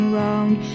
round